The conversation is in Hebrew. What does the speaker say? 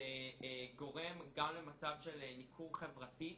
גורם גם למצב של ניכור חברתי,